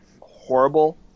horrible